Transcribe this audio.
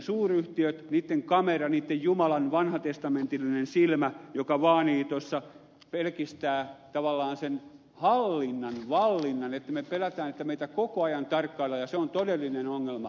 suuryhtiöt niitten kamerat niitten jumalan vanhatestamentillinen silmä joka vaanii tuossa pelkistää tavallaan sen hallinnan vallinnan että me pelkäämme että meitä koko ajan tarkkaillaan ja se on todellinen ongelma